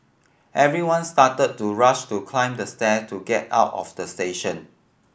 everyone started to rush to climb the stair to get out of the station